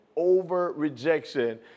over-rejection